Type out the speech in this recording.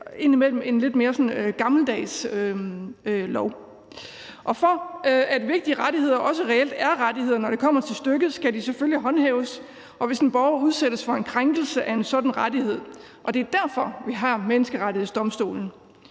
indimellem er en sådan lidt mere gammeldags lov. Og for at vigtige rettigheder også reelt er rettigheder, når det kommer til stykket, skal de selvfølgelig håndhæves, hvis en borger udsættes for en krænkelse af en sådan rettighed. Og det er derfor, vi har Menneskerettighedsdomstolen.